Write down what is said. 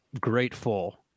grateful